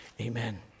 amen